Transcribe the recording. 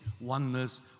oneness